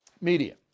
Media